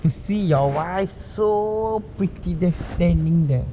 to see your wife so pretty there standing there